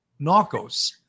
Narcos